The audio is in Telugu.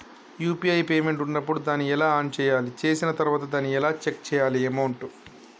యూ.పీ.ఐ పేమెంట్ ఉన్నప్పుడు దాన్ని ఎలా ఆన్ చేయాలి? చేసిన తర్వాత దాన్ని ఎలా చెక్ చేయాలి అమౌంట్?